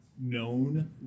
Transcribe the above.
known